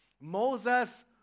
Moses